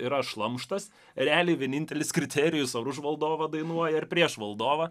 yra šlamštas realiai vienintelis kriterijus ar už valdovą dainuoja ar prieš valdovą